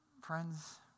Friends